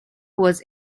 was